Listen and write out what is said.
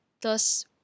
Thus